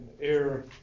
air